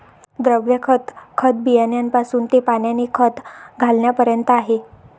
द्रव खत, खत बियाण्यापासून ते पाण्याने खत घालण्यापर्यंत आहे